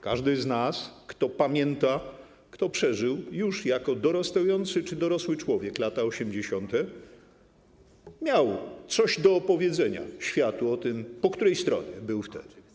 Każdy z nas, kto pamięta, kto przeżył już jako dorastający czy dorosły człowiek lata 80., miał coś do opowiedzenia światu o tym, po której stronie wtedy był.